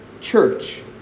church